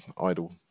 idle